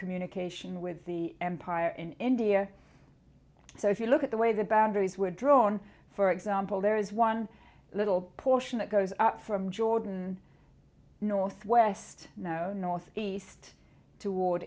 communication with the empire in india so if you look at the way the boundaries were drawn for example there is one little portion that goes up from jordan north west no north east toward